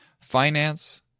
finance